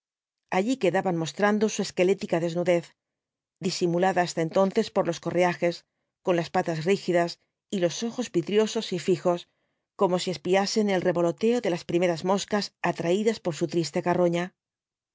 aux quedaban mostrando su esquelética desnudez disimulada hasta entonces per los correajes con las patas rígidas y los ojos vidriosos y fijos como si espiasen el revoloteo de las primeras moscas atraídas por su triste carroña